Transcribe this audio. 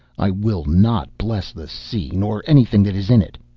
i will not bless the sea nor anything that is in it.